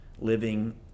living